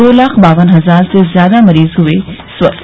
दो लाख बावन हजार से ज्यादा मरीज हए स्वस्थ